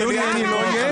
ולדימיר, קריאה ראשונה.